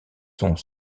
sont